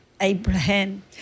Abraham